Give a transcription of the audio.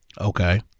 Okay